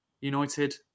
United